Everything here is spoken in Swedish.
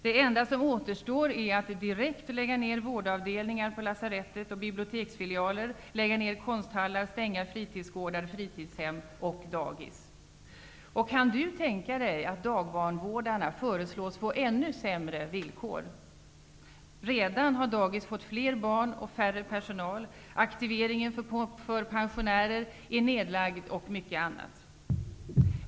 Det enda som återstår är att direkt lägga ner vårdavdelningar på lasarettet och biblioteksfilialer, konsthallar, fritidsgårdar, fritidshem och dagis. Och kan du tänka dig att dagbarnvårdarna föreslås få ännu sämre villkor. Men redan har dagis fått fler barn och färre personal, aktivieringen för pensionärer är nerlagd och mycket annat.